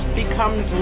becomes